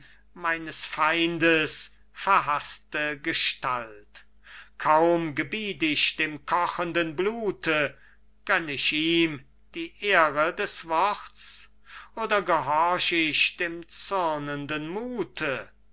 meines feindes verhaßte gestalt kaum gebiet ich dem kochenden blute gönn ich ihm die ehre des worts oder gehorch ich dem zürnenden muthe